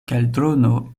kaldrono